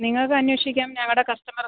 നിങ്ങൾക്കന്വേഷിക്കാം ഞങ്ങളുടെ കസ്റ്റമർ